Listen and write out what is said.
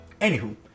Anywho